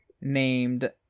named